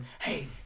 Hey